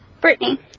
Brittany